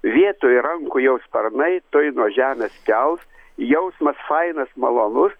vietoj rankų jau sparnai tuoj nuo žemės kels jausmas fainas malonus